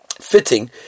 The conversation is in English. fitting